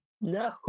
no